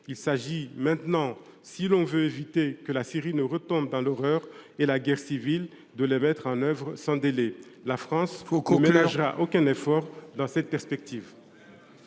Il s’agit maintenant, si l’on veut éviter que la Syrie ne retombe dans l’horreur et la guerre civile de les mettre en œuvre sans délai. Il faut conclure ! La France ne ménagera aucun effort dans cette perspective.